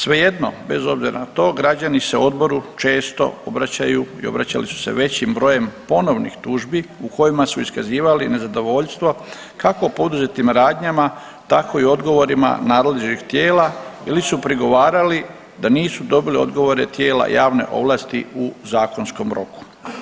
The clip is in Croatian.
Svejedno bez obzira na to građani se odboru često obraćaju i obraćali su se većim brojem ponovnih tužbi u kojima su iskazivali nezadovoljstvo kako poduzetim radnjama tako i odgovorima nadležnih tijela ili su prigovarali da nisu dobili odgovore tijela javne ovlasti u zakonskom roku.